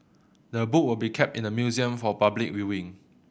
the book will be kept in the museum for public viewing